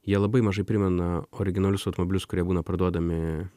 jie labai mažai primena originalius automobilius kurie būna parduodami